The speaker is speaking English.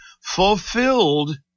fulfilled